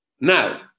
Now